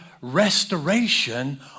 restoration